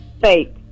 fake